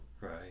Right